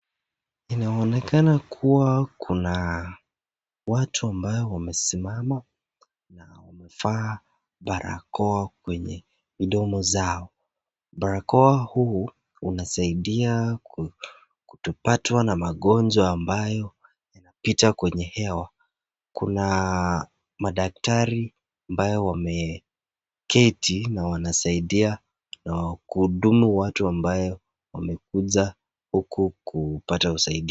Inaonekana kuwa kuna watu ambao wamesimama na wamevaa barakoa kwenye midomo zao. Barakoa huu unasaidia kutopatwa na magonjwa ambayo hupita kwenye hewa. Kuna madaktari ambao wameketi na wanasaidia na kuhudumu watu ambao wamekuja huku kupata usaidizi.